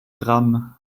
gramm